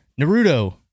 Naruto